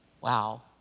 wow